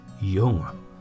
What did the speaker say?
Young